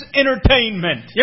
entertainment